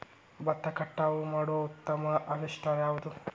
ಭತ್ತ ಕಟಾವು ಮಾಡುವ ಉತ್ತಮ ಹಾರ್ವೇಸ್ಟರ್ ಯಾವುದು?